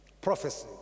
prophecy